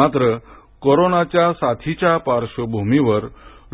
मात्र कोरोनाच्या साथीच्या पार्श्र्वभूमीवर